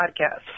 podcast